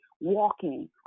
walking